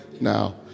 Now